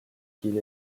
qu’il